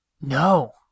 No